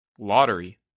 Lottery